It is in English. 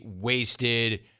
wasted